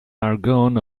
argonne